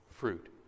fruit